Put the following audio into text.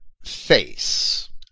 face